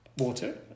water